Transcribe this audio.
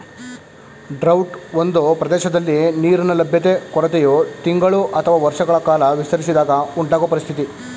drought ಒಂದು ಪ್ರದೇಶದಲ್ಲಿ ನೀರಿನ ಲಭ್ಯತೆ ಕೊರತೆಯು ತಿಂಗಳು ಅಥವಾ ವರ್ಷಗಳ ಕಾಲ ವಿಸ್ತರಿಸಿದಾಗ ಉಂಟಾಗೊ ಪರಿಸ್ಥಿತಿ